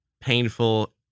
painful